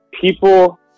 people